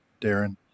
Darren